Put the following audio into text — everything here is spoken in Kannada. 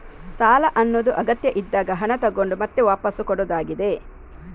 ಸಾಲ ಅನ್ನುದು ಅಗತ್ಯ ಇದ್ದಾಗ ಹಣ ತಗೊಂಡು ಮತ್ತೆ ವಾಪಸ್ಸು ಕೊಡುದಾಗಿದೆ